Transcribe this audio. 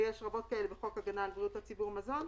ויש רבות כאלה בחוק הגנה על בריאות הציבור (מזון).